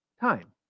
time